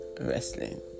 wrestling